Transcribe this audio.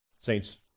Saints